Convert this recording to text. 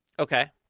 Okay